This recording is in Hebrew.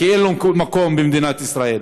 כי אין לו מקום במדינת ישראל.